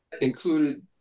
included